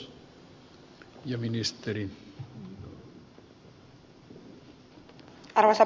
arvoisa puhemies